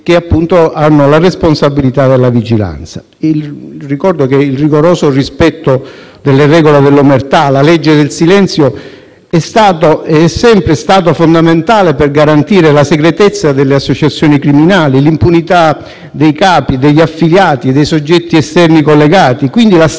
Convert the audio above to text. che, appunto, hanno la responsabilità della vigilanza. Ricordo che il rigoroso rispetto della regola dell'omertà, la legge del silenzio, è sempre stato fondamentale per garantire la segretezza delle associazioni criminali, l'impunità dei capi, degli affiliati, dei soggetti esterni collegati e, quindi, la stessa